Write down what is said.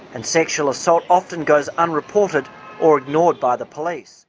and sexual assault often goes unreported or ignored by the police.